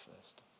first